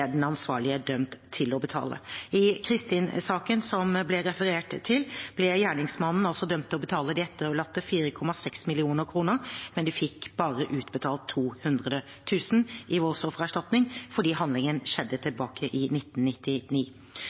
den ansvarlige er dømt til å betale. I Kristin-saken, som det ble referert til, ble gjerningsmannen dømt til å betale de etterlatte 4,6 mill. kr, men de fikk bare utbetalt 200 000 kr i voldsoffererstatning fordi handlingen skjedde tilbake i 1999.